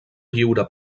lliure